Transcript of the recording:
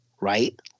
right